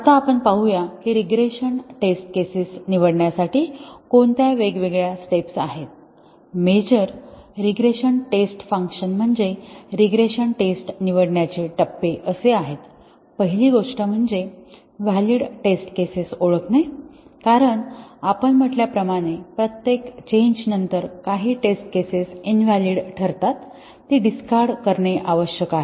आता आपण पाहूया की रीग्रेशन टेस्ट केसेस निवडण्यासाठी कोणत्या वेगवेगळ्या स्टेप्स आहेत मेजर रीग्रेशन टेस्ट फंक्शन्स म्हणजे रीग्रेशन टेस्ट निवडण्याचे टप्पे असे आहेत पहिली गोष्ट म्हणजे व्हॅलिड टेस्ट केसेस ओळखणे कारण आपण म्हटल्याप्रमाणे प्रत्येक चेंज नंतर काही टेस्ट केसेस इनव्हॅलिड ठरतात ती डिस्कार्ड करणे आवश्यक आहे